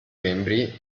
membri